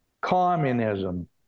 communism